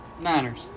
Niners